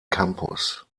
campus